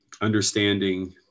understanding